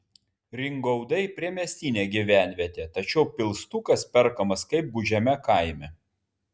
ringaudai priemiestinė gyvenvietė tačiau pilstukas perkamas kaip gūdžiame kaime